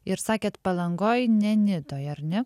ir sakėt palangoj ne nidoj ar ne